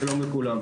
שלום לכולם.